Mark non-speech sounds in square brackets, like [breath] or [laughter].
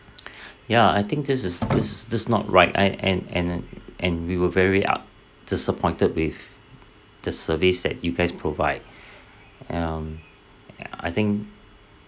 ya I think this is this is this not right I and and and and we were very up~ disappointed with the service that you guys provide [breath] um I think